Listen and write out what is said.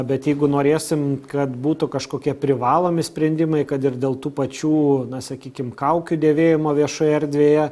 bet jeigu norėsim kad būtų kažkokie privalomi sprendimai kad ir dėl tų pačių na sakykim kaukių dėvėjimo viešoje erdvėje